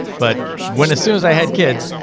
but when as soon as i had kids,